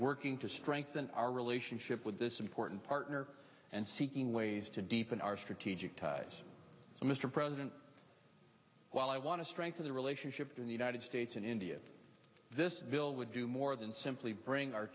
working to strengthen our relationship with this important partner and seeking ways to deepen our strategic ties so mr president while i want to strengthen the relationship between the united states and india this bill would do more than simply bring our